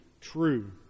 true